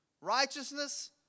Righteousness